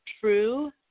true